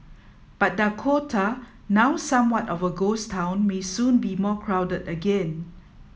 but Dakota now somewhat of a ghost town may soon be more crowded again